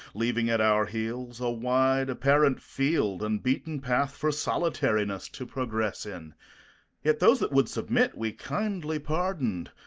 leaving at our heels a wide apparent field and beaten path for solitariness to progress in yet those that would submit we kindly pardoned,